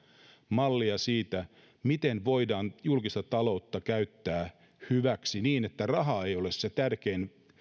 mallia siitä miten voidaan julkista taloutta käyttää hyväksi niin että raha ei ole se tärkein